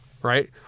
Right